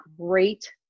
great